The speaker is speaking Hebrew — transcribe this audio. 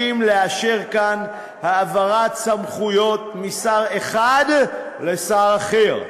לאשר כאן העברת סמכויות משר אחד לשר אחר,